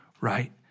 right